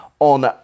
On